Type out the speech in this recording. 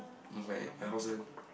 my my house one